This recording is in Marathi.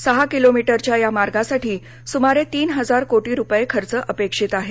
सहा किलोमीटरच्या या मार्गासाठी सुमारे तीन हजार कोटी रुपये खर्च अपेक्षित आहे